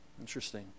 Interesting